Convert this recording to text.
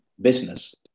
business